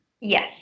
yes